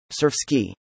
Surfski